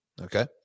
okay